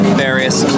various